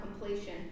completion